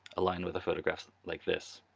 aligned with a photograph like this.